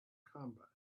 combat